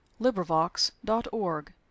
LibriVox.org